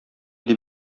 дип